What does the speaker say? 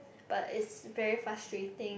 but it's very frustrating